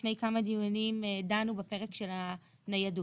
לפני כמה דיונים דנו בפרק של הניידות.